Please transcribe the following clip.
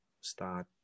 start